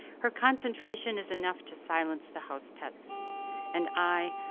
her concentration is enough to silence the house pets and i,